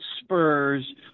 spurs